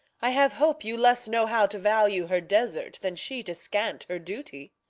i have hope you less know how to value her desert than she to scant her duty.